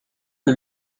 que